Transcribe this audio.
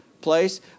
place